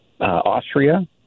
Austria